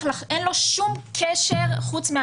אין לו שום קשר לשום מדינה חוץ מישראל,